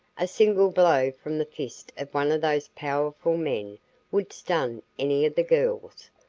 a single blow from the fist of one of those powerful men would stun any of the girls,